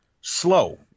slow